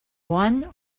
one